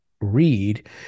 read